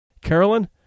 Carolyn